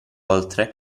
oltre